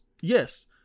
Yes